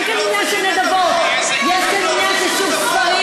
אין כאן עניין של נדבות, הם לא צריכים נדבות.